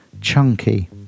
chunky